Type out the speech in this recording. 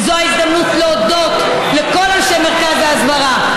וזאת ההזדמנות להודות לכל אנשי מרכז ההסברה,